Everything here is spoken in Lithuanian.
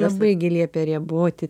labai gi liepė rieboti